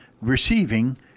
receiving